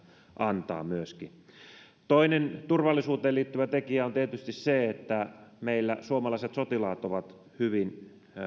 antaa osaamista toinen turvallisuuteen liittyvä tekijä on tietysti se että meillä suomalaiset sotilaat ovat hyvin